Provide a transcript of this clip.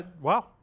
Wow